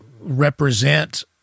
Represent